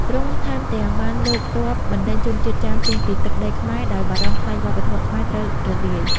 ទ្រង់ថែមទាំងបានលើកទ័ពបណ្ដេញជនជាតិចាមចេញពីទឹកដីខ្មែរ ដោយបារម្ភខ្លាចវប្បធម៌ខ្មែរត្រូវរលាយ។